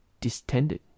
distended